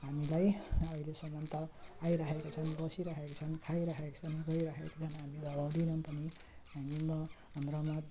हामीलाई अहिलेसम्म त आइरहेका छन् बसिरहेका छन् खाइरहेका छन् गइरहेका छन् हामी धपाउँदैनौँ पनि हामी हाम्रोमा